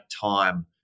time